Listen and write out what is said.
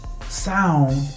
sound